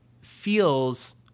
feels